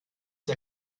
der